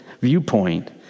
viewpoint